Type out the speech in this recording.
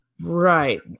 Right